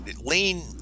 lean